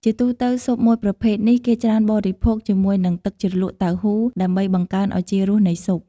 ជាទូទៅស៊ុបមួយប្រភេទនេះគេច្រើនបរិភោគជាមួយនឹងទឹកជ្រលក់តៅហ៊ូដើម្បីបង្កើនឱជារសនៃស៊ុប។